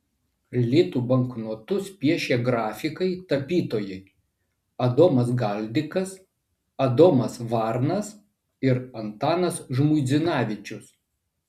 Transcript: litų banknotus piešė grafikai tapytojai adomas galdikas adomas varnas ir antanas žmuidzinavičius